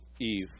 Eve